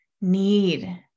need